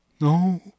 No